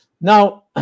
now